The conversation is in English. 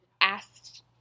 asked